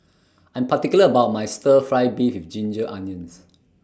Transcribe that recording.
I'm particular about My Stir Fry Beef with Ginger Onions